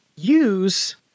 Use